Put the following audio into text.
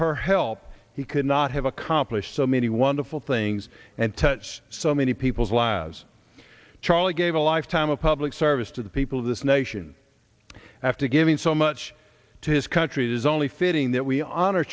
her help he could not have accomplished so many wonderful things and touched so many people's lives charlie gave a lifetime of public service to the people of this nation after giving so much to his country it is only fitting that we honor